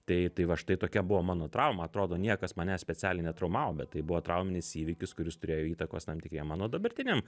tai tai va štai tokia buvo mano trauma atrodo niekas manęs specialiai netraumavo tai buvo trauminis įvykis kuris turėjo įtakos tam tikriem mano dabartiniam